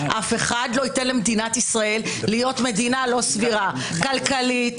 אף אחד לא ייתן למדינת ישראל להיות מדינה לא סבירה - כלכלית,